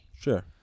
Sure